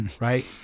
right